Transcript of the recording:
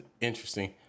interesting